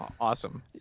Awesome